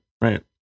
right